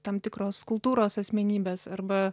tam tikros kultūros asmenybės arba